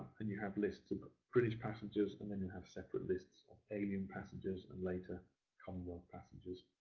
and you have lists of ah british passengers and then you have separate lists of alien passengers and later commonwealth passengers.